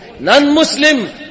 Non-Muslim